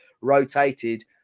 rotated